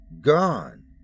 Gone